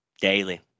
daily